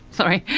sorry.